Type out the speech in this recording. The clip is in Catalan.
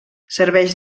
serveix